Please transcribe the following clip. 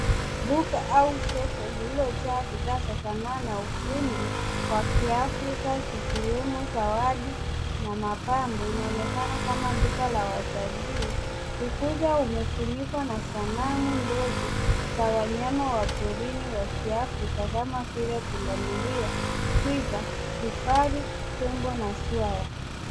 Duka au soko lililojaa bidhaa za sanaa na ufundi kwa kiafrika zikiwemo zawadi na mapambo. Inaonekana kama duka la watali..Ukuta umefunikwa na sanamu ndogo za wanyama wa porini wa kiafrika kama vile pundamilia, twiga, vifaru, tembo na swara.